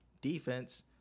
defense